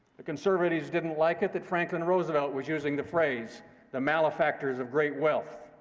the conservatives didn't like it that franklin roosevelt was using the phrase the malefactors of great wealth.